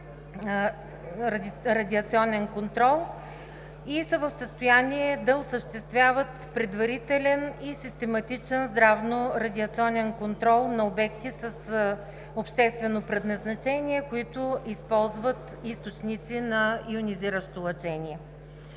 те са в състояние да осъществяват предварителен и систематичен здравно-радиационен контрол на обекти с обществено предназначение, които използват източници на йонизиращо лъчение.